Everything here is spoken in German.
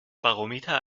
barometer